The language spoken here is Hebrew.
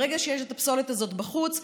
ברגע שיש הפסולת הזאת בחוץ,